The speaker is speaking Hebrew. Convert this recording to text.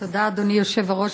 תודה, אדוני היושב-ראש.